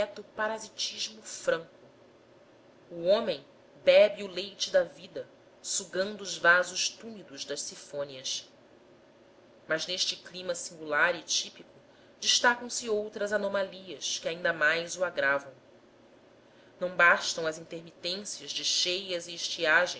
parasitismo franco o homem bebe o leite da vida sugando os vasos túmidos das sifônias mas neste clima singular e típico destacam se outras anomalias que ainda mais o agravam não bastam as intermitências de cheias e estiagens